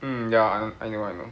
mm ya I I know I know